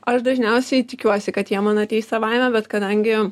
aš dažniausiai tikiuosi kad jie man ateis savaime bet kadangi